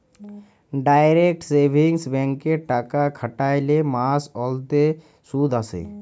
direct savings ব্যাংকে টাকা খ্যাটাইলে মাস অল্তে সুদ আসে